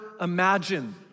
imagine